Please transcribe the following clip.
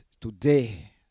today